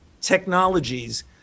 technologies